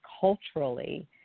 culturally